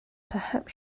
perhaps